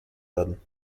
werden